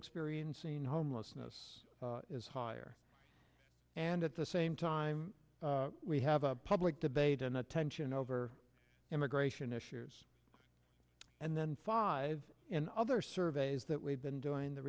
experiencing homelessness is higher and at the same time we have a public debate and the tension over immigration issues and then five in other surveys that we've been doing the